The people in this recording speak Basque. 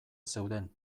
zeuden